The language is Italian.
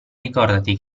ricordati